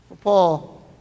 Paul